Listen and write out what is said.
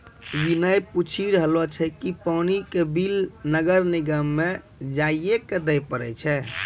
विनय पूछी रहलो छै कि पानी के बिल नगर निगम म जाइये क दै पड़ै छै?